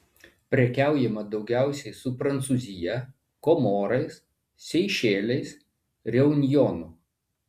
prekiaujama daugiausiai su prancūzija komorais seišeliais reunjonu